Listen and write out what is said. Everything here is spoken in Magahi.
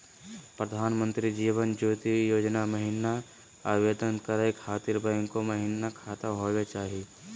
प्रधानमंत्री जीवन ज्योति योजना महिना आवेदन करै खातिर बैंको महिना खाता होवे चाही?